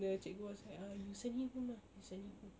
the cikgu was like ah you send him home ah you send him home